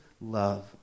love